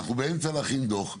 אנחנו באמצע להכין דוח,